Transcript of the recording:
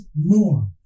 more